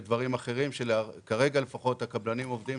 ודברים אחרים שכרגע לפחות הקבלנים עובדים,